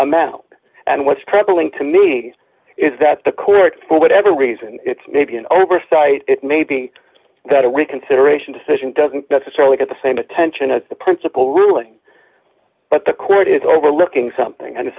amount and what's troubling to me is that the court for whatever reason it's maybe an oversight it may be that a reconsideration decision doesn't necessarily get the same attention as the principal ruling but the court is overlooking something and